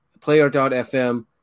player.fm